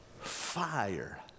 fire